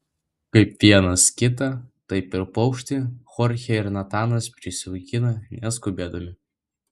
kaip vienas kitą taip ir paukštį chorchė ir natanas prisijaukina neskubėdami